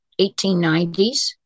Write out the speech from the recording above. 1890s